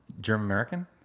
German-American